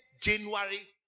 January